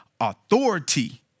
authority